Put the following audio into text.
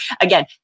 again